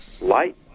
light